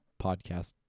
podcast